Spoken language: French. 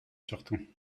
surtout